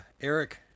Eric